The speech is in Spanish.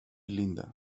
linda